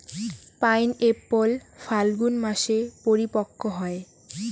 pineapple Falgun মাসে পরিপক্ব হয়